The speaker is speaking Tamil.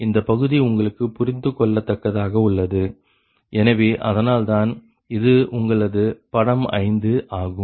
எனவே இந்த பகுதி உங்களுக்கு புரிந்துகொள்ளத்தக்கதாக உள்ளது எனவே அதனால்தான் இது உங்களது படம் 5 ஆகும்